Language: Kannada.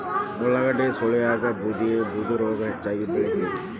ಉಳಾಗಡ್ಡಿಗೆ ಸೊಳ್ಳಿರೋಗಾ ಬೂದಿರೋಗಾ ಹೆಚ್ಚಾಗಿ ಬಿಳತೈತಿ